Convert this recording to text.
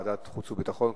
ועדת חוץ וביטחון,